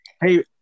Hey